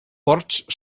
ports